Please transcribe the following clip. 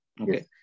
Okay